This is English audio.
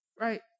Right